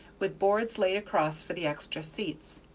with boards laid across for the extra seats.